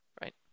right